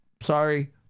Sorry